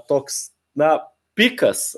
toks na pikas